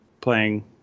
playing